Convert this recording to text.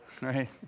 Right